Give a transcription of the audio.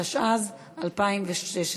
התשע"ז 2016,